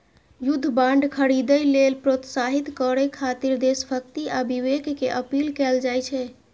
युद्ध बांड खरीदै लेल प्रोत्साहित करय खातिर देशभक्ति आ विवेक के अपील कैल जाइ छै